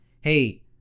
hey